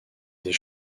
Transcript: des